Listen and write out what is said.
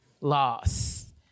loss